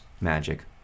magic